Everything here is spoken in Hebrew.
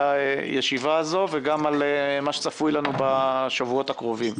הישיבה הזאת וגם על מה שצפוי לנו בשבועות הקרובים.